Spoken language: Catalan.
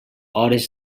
hores